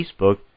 Facebook